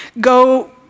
Go